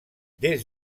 des